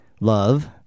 love